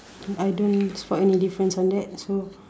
I don't spot any difference on that so